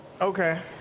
Okay